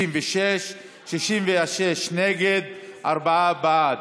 66. 66 נגד, ארבעה בעד.